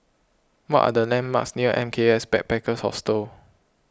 what are the landmarks near M K S Backpackers Hostel